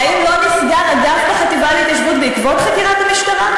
האם לא נסגר אגף בחטיבה להתיישבות בעקבות חקירת המשטרה?